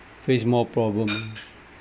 face more problem